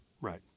Right